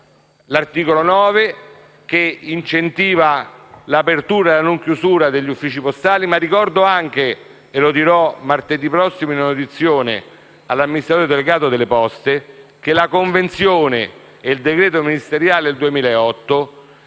L'articolo 9 incentiva l'apertura e la non chiusura degli uffici postali e ricordo anche - lo dirò martedì prossimo in un'audizione all'amministratore delegato delle Poste - che la convenzione e il decreto ministeriale del 2008